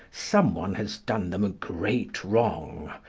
someone has done them a great wrong.